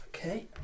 Okay